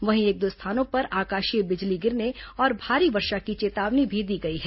वहीं एक दो स्थानों पर आकाशीय बिजली गिरने और भारी वर्षा की चेतावनी भी दी गई है